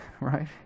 right